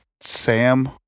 Sam